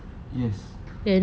yes